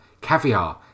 caviar